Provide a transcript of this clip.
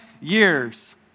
years